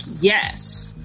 yes